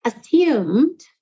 assumed